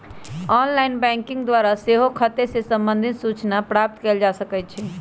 online banking द्वारा सेहो खते से संबंधित सूचना प्राप्त कएल जा सकइ छै